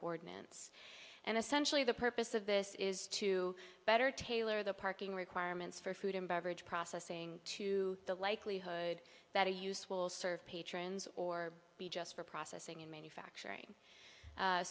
ordinance and essentially the purpose of this is to better tailor the parking requirements for food and beverage processing to the likelihood that a use will serve patrons or be just for processing in manufacturing